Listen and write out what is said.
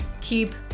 keep